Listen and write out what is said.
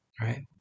right